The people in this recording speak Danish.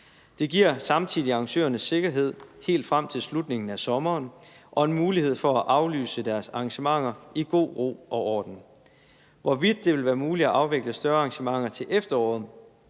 Det giver samtidig arrangørerne sikkerhed helt frem til slutningen af sommeren og en mulighed for at aflyse deres engagementer i god ro og orden. Hvorvidt det vil være muligt at afvikle større arrangementer til efteråret,